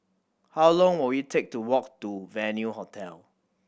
how long will it take to walk to Venue Hotel